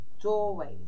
doorways